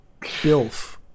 bilf